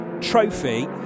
Trophy